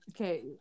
Okay